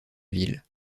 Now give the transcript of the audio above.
ville